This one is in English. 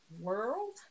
world